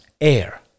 air